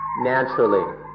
naturally